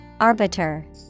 Arbiter